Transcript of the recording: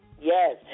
yes